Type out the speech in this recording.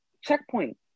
checkpoint